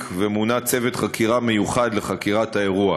ומונה צוות חקירה מיוחד לחקירת האירוע.